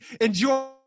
Enjoy